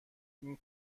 این